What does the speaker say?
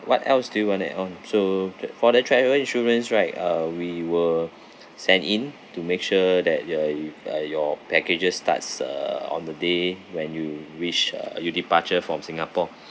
what else do you want to add on so the for the travel insurance right uh we will send in to make sure that you are you uh your packages starts uh on the day when you reach uh you departure from singapore